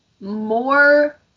more